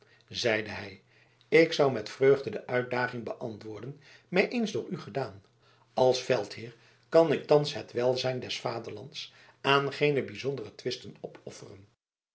zeide hij ik zou met vreugde de uitdaging beantwoorden mij eens door u gedaan als veldheer kan ik thans het welzijn des vaderlands aan geene bijzondere twisten opofferen